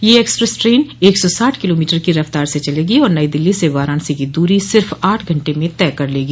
यह express train एक सौ साठ किलोमीटर की रफ़्तार से चलेगी और नई दिल्ली से वाराणसी की दूरी सिर्फ़ आठ घंटे में तय कर लेगी